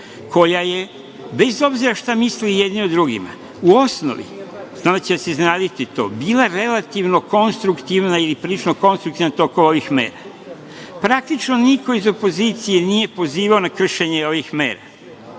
koja je bez obzira šta misle jedni o drugima u osnovi, stvarno će vas iznenaditi to, bila relativno konstruktivna ili prilično konstruktivna tokom ovih mera. Praktično, niko iz opozicije nije pozivao na kršenje ovih mera.